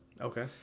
Okay